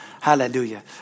hallelujah